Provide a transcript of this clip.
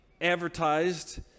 advertised